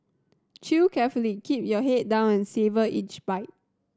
chew carefully keep your head down and savour each bite